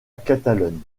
catalogne